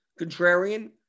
contrarian